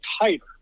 tighter